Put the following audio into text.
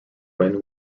win